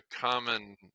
common